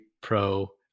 pro